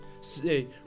say